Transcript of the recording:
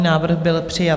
Návrh byl přijat.